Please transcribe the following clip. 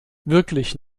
wirklich